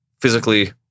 physically